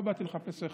לא באתי לחפש חברים.